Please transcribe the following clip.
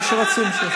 מה שרוצים.